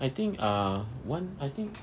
I think ah [one] I think